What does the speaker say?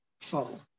full